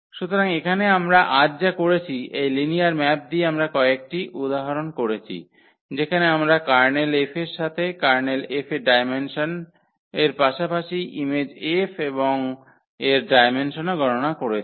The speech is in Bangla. সুতরাং এখানে আমরা আজ যা করেছি এই লিনিয়ার ম্যাপ দিয়ে আমরা কয়েকটি উদাহরণ করেছি যেখানে আমরা কার্নেল F এর সাথে কার্নেল F এর ডায়মেনসন পাশাপাশি ইমেজ F এবং এর ডায়মেনসনও গণনা করেছি